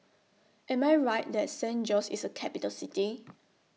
Am I Right that San Jose IS A Capital City